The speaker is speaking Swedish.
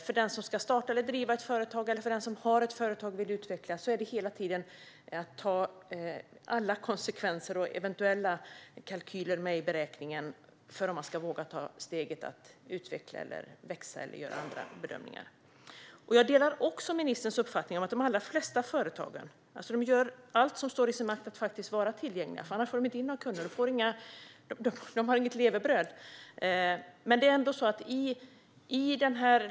För den som ska starta företag eller redan har ett företag och vill utveckla handlar det hela tiden om att ta alla konsekvenser och kalkyler med i beräkningen om man ska våga ta steget att utveckla, växa eller annat. Jag delar ministerns uppfattning att de flesta företag gör allt som står i deras makt för att vara tillgängliga, för annars får de inga kunder och inget levebröd.